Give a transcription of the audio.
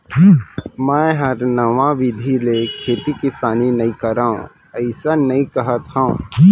मैं हर नवा बिधि ले खेती किसानी नइ करव अइसन नइ कहत हँव